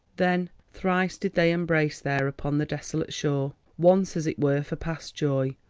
then thrice did they embrace there upon the desolate shore, once, as it were, for past joy,